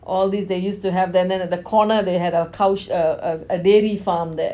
all these they used to have there then at the corner they have the cow sh~ uh uh a dairy farm there